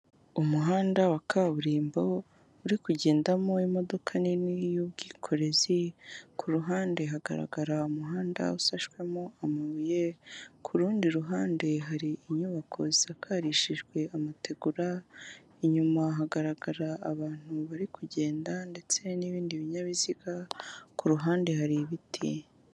Umuhanda wa kaburimbo uri kugendamo imodoka nini y'ubwikorezi, kuruhande hagarara umuhanda usashwemo amabuye, kurundi ruhande hari inyubako zisakarishijwe amategura, inyuma hagaragara abantu bari kugenda ndetse n'ibindi binyabiziga kuhande hari ibiti.